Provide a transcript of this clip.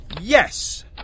Yes